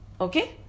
Okay